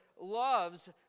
loves